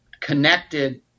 connected